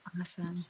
Awesome